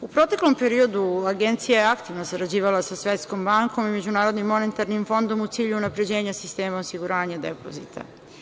U proteklom periodu Agencija je aktivno sarađivala sa Svetskom bankom i MMF-om u cilju unapređenja sistema osiguranja depozita.